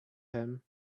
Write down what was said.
him